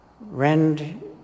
Rend